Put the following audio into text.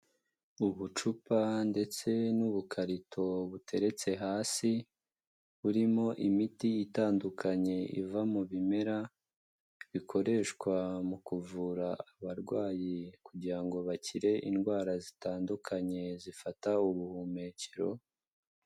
Ubucupa ndetse n'ubukarito buteretse hasi burimo imiti itandukanye iva mu bimera, bikoreshwa mu kuvura abarwayi kugira ngo bakire indwara zitandukanye zifata ubuhumekero.